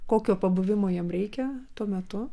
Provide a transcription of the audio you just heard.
kokio pabuvimo jam reikia tuo metu